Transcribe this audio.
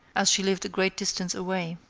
as she lived a great distance away.